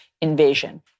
invasion